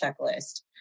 checklist